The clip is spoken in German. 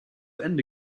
ende